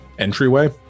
Entryway